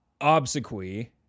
obsequy